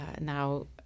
now